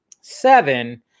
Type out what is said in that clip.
Seven